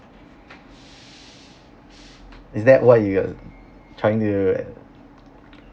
is that what you trying to